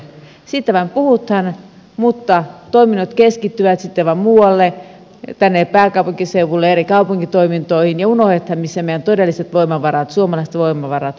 siitä vain puhutaan mutta toiminnot keskittyvät sitten aivan muualle tänne pääkaupunkiseudulle eri kaupunkitoimintoihin ja unohdetaan missä meidän todelliset voimavarat suomalaiset voimavarat ovat olemassa